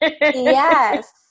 Yes